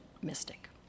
mystic